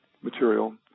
material